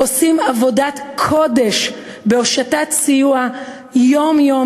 עושים עבודת קודש בהושטת סיוע יום-יום